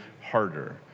harder